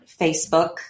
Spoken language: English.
Facebook